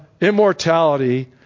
immortality